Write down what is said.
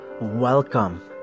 Welcome